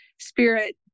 Spirit